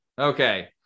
Okay